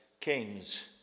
kings